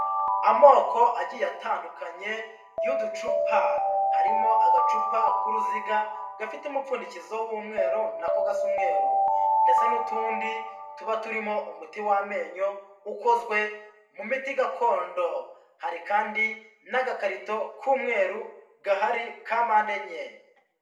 Amoko agiye atandukanye y'uducupa, harimo agacupa k'uruziga gafite umupfundikizo w'umweru nako gasa umweru ndetse n'utundi tuba turimo umuti w'amenyo ukozwe mu miti gakondo, hari kandi n'agakarito k'umweru gahari ka mande enye.